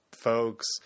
folks